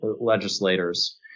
legislators